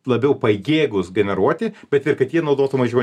labiau pajėgūs generuoti bet ir kad jie naudotų mažiau